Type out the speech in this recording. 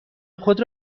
خود